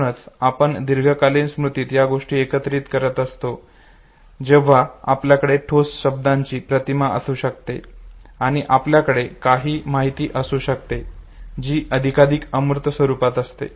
म्हणूनच जेव्हा आपण दीर्घकालीन स्मृतीत या गोष्टी एकत्रित करतो तेव्हा आपल्याकडे ठोस शब्दांची प्रतिमा असू शकते आणि आपल्याकडे काही माहिती असू शकते जी अधिकाधिक अमूर्त स्वरूपात असते